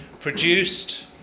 produced